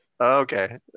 Okay